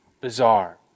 bizarre